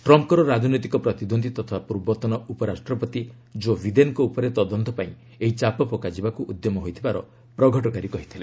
ଟ୍ରମ୍ପଙ୍କର ରାଜନୈତିକ ପ୍ରତିଦ୍ୱନ୍ଦ୍ୱି ତଥା ପୂର୍ବତନ ଉପରାଷ୍ଟ୍ରପତି କୋ ବିଦେନଙ୍କ ଉପରେ ତଦନ୍ତ ପାଇଁ ଏହି ଚାପ ପକାଯିବାକୁ ଉଦ୍ୟମ ହୋଇଥିବାର ପ୍ରଘଟକାରୀ କହିଥିଲେ